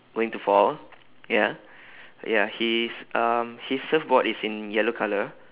going to fall ya ya he is um his surfboard is in yellow colour